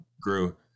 grew